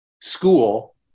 school